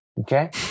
Okay